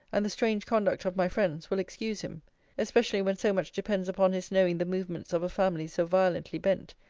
and the strange conduct of my friends, will excuse him especially when so much depends upon his knowing the movements of a family so violently bent,